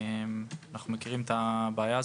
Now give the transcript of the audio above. מכירים את הבעיה.